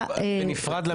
לא בנפרד,